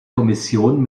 kommission